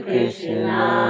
Krishna